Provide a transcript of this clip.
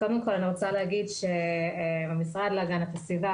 קודם כל אני רוצה להגיד שהמשרד להגנת הסביבה,